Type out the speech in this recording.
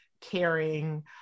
caring